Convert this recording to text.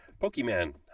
Pokemon